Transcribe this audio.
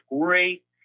great